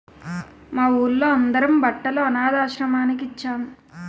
మా వూళ్ళో అందరం బట్టలు అనథాశ్రమానికి ఇచ్చేం